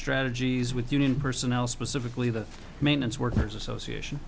strategies with union personnel specifically the maintenance workers association